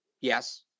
Yes